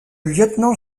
lieutenant